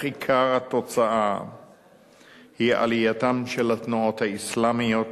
אך עיקר בעייתה של ישראל איננו זה,